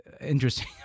interesting